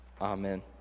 Amen